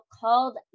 called